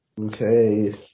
Okay